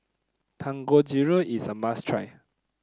dangojiru is a must try